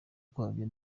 kwabyo